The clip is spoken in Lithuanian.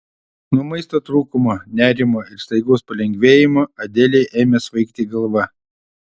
nuo maisto trūkumo nerimo ir staigaus palengvėjimo adelei ėmė svaigti galva